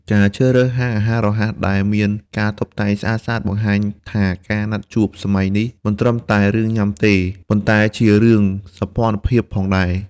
ការជ្រើសរើសហាងអាហាររហ័សដែលមានការតុបតែងស្អាតៗ បង្ហាញថាការណាត់ជួបសម័យនេះមិនត្រឹមតែរឿងញ៉ាំទេ ប៉ុន្តែជារឿង «សោភ័ណភាព» ផងដែរ។